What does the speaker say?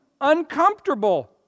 uncomfortable